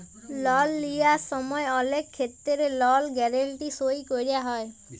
লল লিঁয়ার সময় অলেক খেত্তেরে লল গ্যারেলটি সই ক্যরা হয়